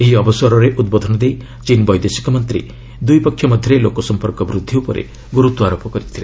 ଏହି ଅବସରରେ ଉଦ୍ବୋଧନ ଦେଇ ଚୀନ୍ ବୈଦେଶିକ ମନ୍ତ୍ରୀ ଦୁଇପକ୍ଷ ମଧ୍ୟରେ ଲୋକସମ୍ପର୍କ ବୃଦ୍ଧି ଉପରେ ଗୁରୁତ୍ୱାରୋପ କରିଛନ୍ତି